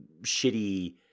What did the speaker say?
shitty